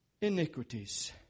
iniquities